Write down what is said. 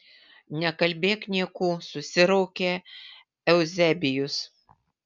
nekalbėk niekų susiraukė euzebijus